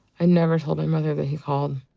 i never told my mother that he called.